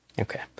Okay